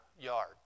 yard